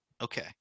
okay